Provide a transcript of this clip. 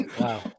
wow